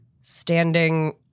standing